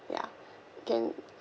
ya can